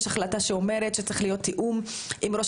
יש החלטה שאומרת שצריך להיות תיאום עם ראש